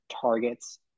targets